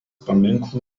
paminklų